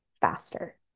faster